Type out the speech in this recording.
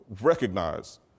recognize